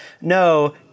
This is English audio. no